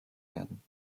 werden